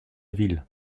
ville